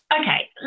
Okay